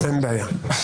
אין בעיה.